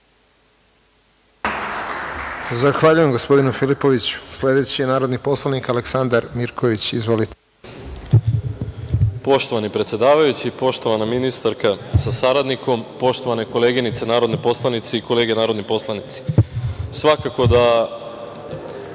Zahvaljujem gospodinu Filipoviću. Sledeći je narodni poslanik Aleksandar Mirković. Izvolite. **Aleksandar Mirković** Poštovani predsedavajući, poštovana ministarka sa saradnikom, poštovane koleginice narodne poslanice i kolege narodni poslanici, svakako da